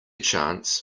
chance